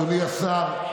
אדוני השר,